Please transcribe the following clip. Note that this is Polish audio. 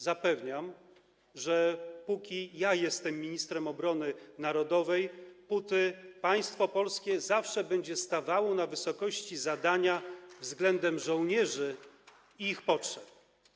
Zapewniam, że póki ja jestem ministrem obrony narodowej, póty państwo polskie zawsze będzie stawało na wysokości zadania względem żołnierzy i ich potrzeb.